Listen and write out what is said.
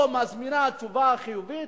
או מזמינה תשובה חיובית.